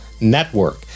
network